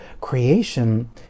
creation